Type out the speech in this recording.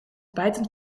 bijtend